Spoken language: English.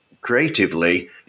creatively